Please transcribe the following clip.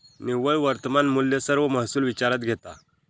निव्वळ वर्तमान मुल्य सर्व महसुल विचारात घेता